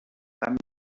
femme